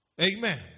Amen